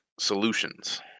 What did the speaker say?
solutions